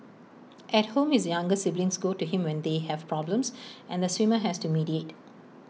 at home his younger siblings go to him when they have problems and the swimmer has to mediate